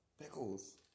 Pickles